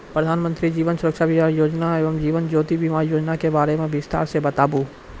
प्रधान मंत्री जीवन सुरक्षा बीमा योजना एवं जीवन ज्योति बीमा योजना के बारे मे बिसतार से बताबू?